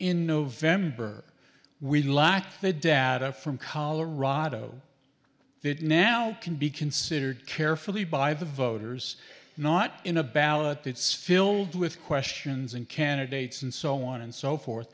in november we lack the data from colorado that now can be considered carefully by the voters not in a ballot it's filled with questions and candidates and so on and so forth